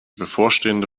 bevorstehende